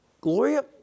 Gloria